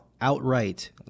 outright